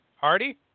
Hardy